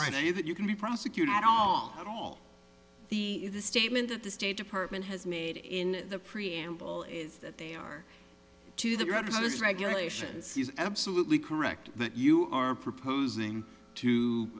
right away that you can be prosecuted at all and all the the statement that the state department has made in the preamble is that they are to the right is regulations he's absolutely correct that you are proposing to